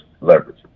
leverage